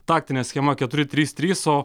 taktinė schema keturi trys trys o